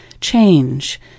change